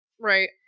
right